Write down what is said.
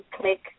click